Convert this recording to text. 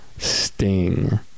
sting